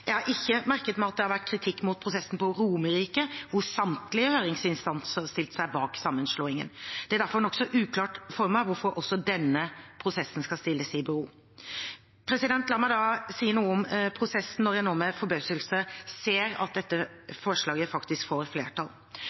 Jeg har ikke merket meg at det har vært rettet kritikk mot prosessen på Romerike, hvor samtlige høringsinstanser stilte seg bak sammenslåingen. Det er derfor nokså uklart for meg hvorfor også denne prosessen skal stilles i bero. La meg si noe om prosessen, når jeg nå med forbauselse ser at dette forslaget faktisk får flertall.